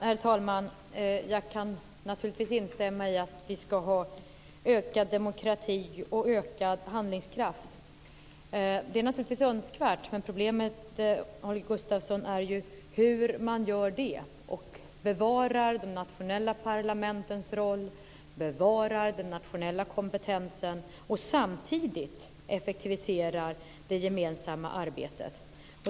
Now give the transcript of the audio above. Herr talman! Jag kan instämma i att vi ska ha ökad demokrati och ökad handlingskraft. Det är naturligtvis önskvärt. Problemet är hur man gör det, Holger Gustafsson, och bevarar de nationella parlamentens roll, bevarar den nationella kompetensen och samtidigt effektiviserar det gemensamma arbetet.